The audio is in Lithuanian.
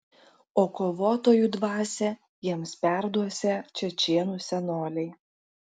o kovotojų dvasią jiems perduosią čečėnų senoliai